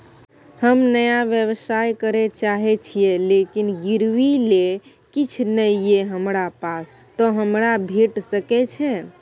हम नया व्यवसाय करै चाहे छिये लेकिन गिरवी ले किछ नय ये हमरा पास त हमरा भेट सकै छै?